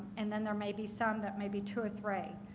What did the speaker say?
and then there may be some that may be two or three.